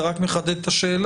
זה רק מחדד את השאלה,